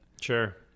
sure